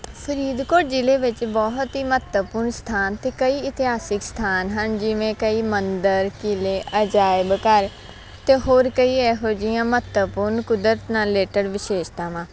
ਫਰੀਦਕੋਟ ਜ਼ਿਲ੍ਹੇ ਵਿੱਚ ਬਹੁਤ ਹੀ ਮਹੱਤਵਪੂਰਨ ਸਥਾਨ ਅਤੇ ਕਈ ਇਤਿਹਾਸਿਕ ਸਥਾਨ ਹਨ ਜਿਵੇਂ ਕਈ ਮੰਦਰ ਕਿਲੇ ਅਜਾਇਬ ਘਰ ਅਤੇ ਹੋਰ ਕਈ ਇਹੋ ਜਿਹੀਆਂ ਮਹੱਤਵਪੂਰਨ ਕੁਦਰਤ ਨਾਲ ਰਿਲੇਟਡ ਵਿਸ਼ੇਸ਼ਤਾਵਾਂ